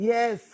Yes